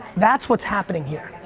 that's what's happening here.